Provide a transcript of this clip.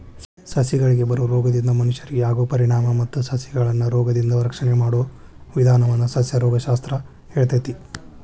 ಸಸಿಗಳಿಗೆ ಬರೋ ರೋಗದಿಂದ ಮನಷ್ಯರಿಗೆ ಆಗೋ ಪರಿಣಾಮ ಮತ್ತ ಸಸಿಗಳನ್ನರೋಗದಿಂದ ರಕ್ಷಣೆ ಮಾಡೋ ವಿದಾನವನ್ನ ಸಸ್ಯರೋಗ ಶಾಸ್ತ್ರ ಹೇಳ್ತೇತಿ